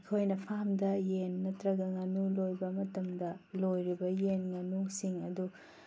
ꯑꯩꯈꯣꯏꯅ ꯐꯥꯔꯝꯗ ꯌꯦꯟ ꯅꯠꯇ꯭ꯔꯒ ꯉꯥꯅꯨ ꯂꯣꯏꯕ ꯃꯇꯝꯗ ꯂꯣꯏꯔꯤꯕ ꯌꯦꯟ ꯉꯥꯅꯨꯁꯤꯡ ꯑꯗꯨ